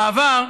בעבר,